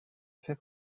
fait